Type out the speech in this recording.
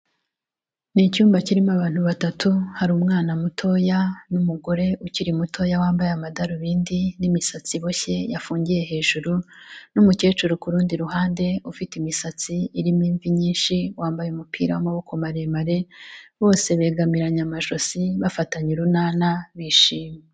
Ni icyumba kirimo abantu batatu, hari umwana mutoya n'umugore ukiri mutoya wambaye amadarubindi n'imisatsi iboshye yafungiye hejuru, n'umukecuru ku rundi ruhande ufite imisatsi irimo imvi nyinshi wambaye umupira w'amaboko maremare, bose begamiranye amajosi bafatanye urunana bishimye.